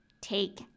Take